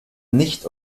nicht